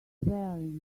wearing